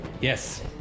Yes